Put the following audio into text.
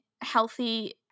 healthy